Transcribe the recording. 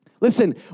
Listen